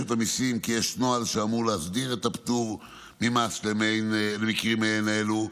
המיסים כי יש נוהל שאמור להסדיר את הפטור ממס למקרים מעין אלו,